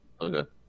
Okay